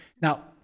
now